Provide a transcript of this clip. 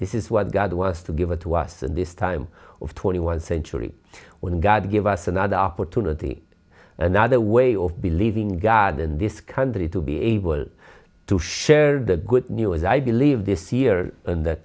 this is what god wants to give it to us in this time of twenty one century when god gave us another opportunity another way of believing in god in this country to be able to share the good news i believe this year and the